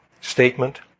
statement